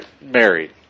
married